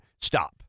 stop